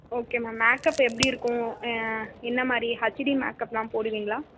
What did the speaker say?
okay ma'am makeup எப்படி இருக்கும் என்ன மாதிரி ஹச்டி மேக்அப் எல்லாம் போடுவீங்களா